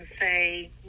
say